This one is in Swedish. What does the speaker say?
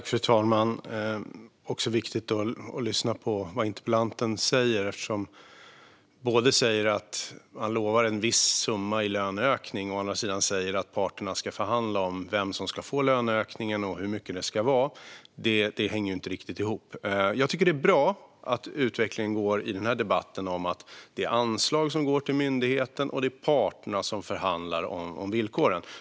Fru talman! Det är viktigt att lyssna på vad interpellanten säger eftersom han å ena sidan säger att man lovar en viss summa i löneökning, å andra sidan att parterna ska förhandla om vem som ska få löneökningen och hur mycket det ska vara. Det hänger inte riktigt ihop. Jag tycker att det är bra att utvecklingen i debatten går mot att det är anslag som går till myndigheten och att det är parterna som förhandlar om villkoren.